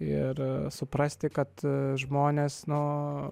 ir suprasti kad žmonės nu